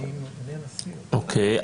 אוקיי.